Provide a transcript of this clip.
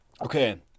Okay